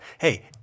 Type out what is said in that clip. Hey